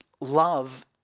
love